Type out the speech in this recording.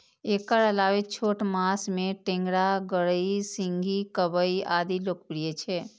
एकर अलावे छोट माछ मे टेंगरा, गड़ई, सिंही, कबई आदि लोकप्रिय छै